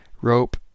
rope